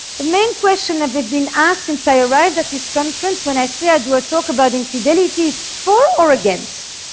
the main question that i've been asked since i arrived at this conference when i said i would talk about infidelity is, for or against?